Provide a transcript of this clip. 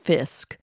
Fisk